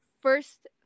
first-